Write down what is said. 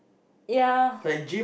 yeah